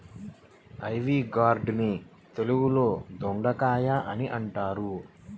ivy gourd ని తెలుగులో దొండకాయ అని అంటారు